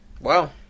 Wow